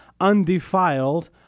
undefiled